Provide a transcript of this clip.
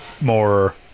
more